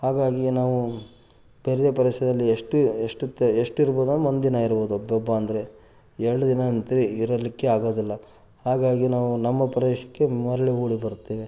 ಹಾಗಾಗಿ ನಾವು ಬೇರೆ ಪ್ರದೇಶದಲ್ಲಿ ಎಷ್ಟು ಎಷ್ಟೊತ್ತು ಎಷ್ಟು ಇರ್ಬೋದಂದರೆ ಒಂದು ದಿನ ಇರ್ಬೋದು ಅಬ್ಬಬ್ಬಾ ಅಂದರೆ ಎರಡು ದಿನ ಅಂತೂ ಇರಲಿಕ್ಕೆ ಆಗೋದಿಲ್ಲ ಹಾಗಾಗಿ ನಾವು ನಮ್ಮ ಪ್ರದೇಶಕ್ಕೆ ಮರಳಿ ಓಡಿ ಬರುತ್ತೇವೆ